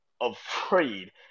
afraid